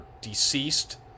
Deceased